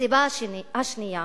הסיבה השנייה